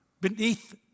beneath